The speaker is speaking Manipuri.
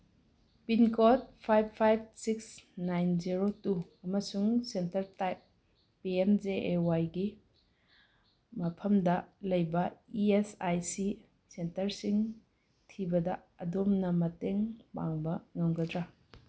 pin code five five six nine zero two ꯑꯃꯁꯨꯡ centre type P M J A ꯋꯥꯏꯒꯤ ꯃꯐꯝꯗ ꯂꯩꯕ ꯏ ꯑꯦꯐ ꯑꯥꯏ ꯁꯤ ꯁꯦꯟꯇꯔꯁꯤꯡ ꯊꯤꯕꯗ ꯑꯗꯣꯝꯅ ꯃꯇꯦꯡ ꯄꯥꯡꯕ ꯉꯝꯒꯗ꯭ꯔꯥ